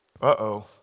Uh-oh